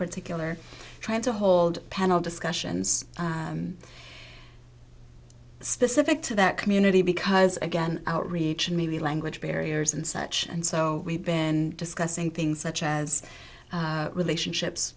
particular trying to hold panel discussions specific to that community because again outreach and maybe language barriers and such and so we've been discussing things such as relationships